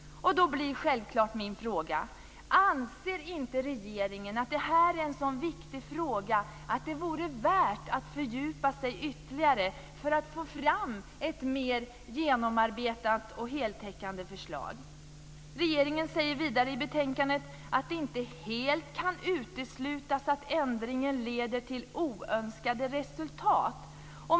Då blir självklart min fråga: Anser inte regeringen att det här är en så viktig fråga att det vore värt att fördjupa sig ytterligare för att få fram ett mer genomarbetat och heltäckande förslag? Regeringen säger vidare i betänkandet att det inte helt kan uteslutas att ändringen leder till oönskade resultat.